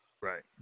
right